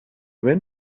went